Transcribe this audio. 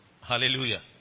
Hallelujah